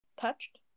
Touched